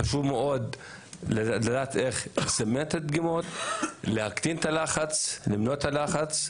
חשוב מאוד לדעת איך לסמן את הדגימות ולהקטין את הלחץ ולמנוע את הלחץ,